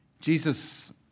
Jesus